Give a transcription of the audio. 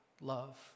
love